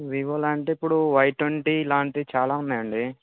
వివోలో అంటే ఇప్పుడు Y twenty లాంటి చాలా ఉన్నాయండి